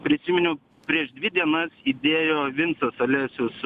prisiminiau prieš dvi dienas įdėjo vincas alesius